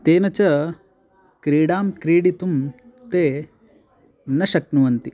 तेन च क्रीडां क्रीडितुं ते न शक्नुवन्ति